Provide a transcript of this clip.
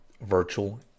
virtual